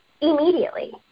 immediately